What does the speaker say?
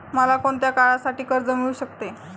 मला कोणत्या काळासाठी कर्ज मिळू शकते?